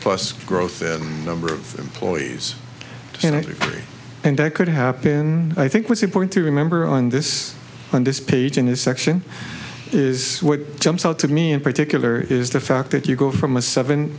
plus growth in number of employees you know and that could happen i think what's important to remember on this on this page in this section is what jumps out to me in particular is the fact that you go from a seven